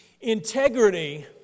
integrity